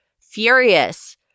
Furious